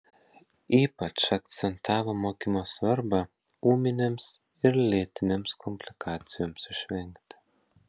ypač akcentavo mokymo svarbą ūminėms ir lėtinėms komplikacijoms išvengti